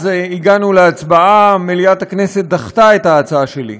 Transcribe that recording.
אז הגענו להצבעה, מליאת הכנסת דחתה את ההצעה שלי.